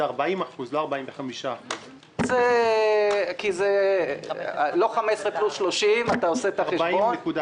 זה 40%. לא 45%. זה 40.5%. כי זה לא 15% + 30%. אנחנו